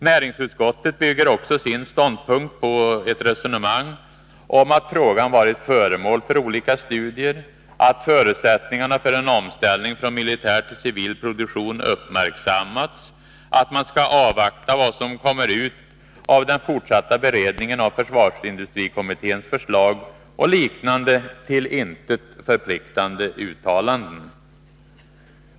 Näringsutskottet bygger också sin ståndpunkt på ett resonemang om att frågan varit föremål för olika studier där förutsättningarna för en omställning från militär till civil produktion uppmärksammats, att man skall avvakta vad som kommer ut av den fortsatta beredningen av försvarsindustrikommitténs förslag, och liknande till intet förpliktande uttalanden.